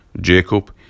Jacob